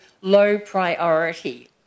low-priority